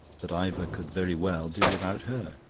that ivor could very well do without her.